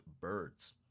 birds